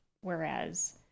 whereas